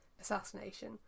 assassination